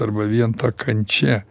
arba vien ta kančia